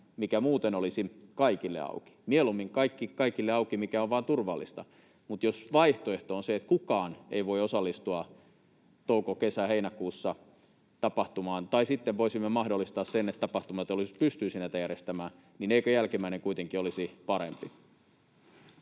mikä muuten olisi kaikille auki. Mieluummin kaikki kaikille auki, mikä on vain turvallista, mutta jos vaihtoehdot ovat, että kukaan ei voi osallistua touko-, kesä-, heinäkuussa tapahtumaan tai sitten voisimme mahdollistaa sen, että tapahtumateollisuus pystyisi näitä järjestämään, niin eikö jälkimmäinen kuitenkin olisi parempi.